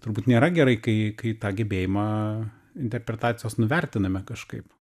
turbūt nėra gerai kai kai tą gebėjimą interpretacijos nuvertiname kažkaip